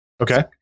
Okay